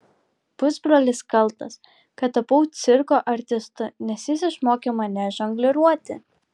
pusbrolis kaltas kad tapau cirko artistu nes jis išmokė mane žongliruoti